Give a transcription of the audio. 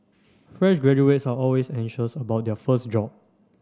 fresh graduates are always anxious about their first job